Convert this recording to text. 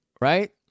right